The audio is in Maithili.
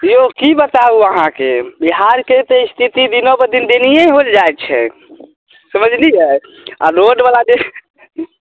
यौ की बताउ अहाॅंके बिहारके तऽ स्थिति दिनो पर दिन दयनीय होल जाइ छै समझलियै रोड वला डी